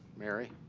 mary